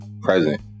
present